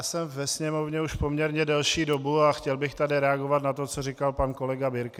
Já jsem ve Sněmovně už poměrně delší dobu a chtěl bych tady reagovat na to, co říkal pan kolega Birke.